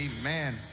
amen